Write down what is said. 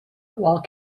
while